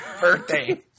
birthday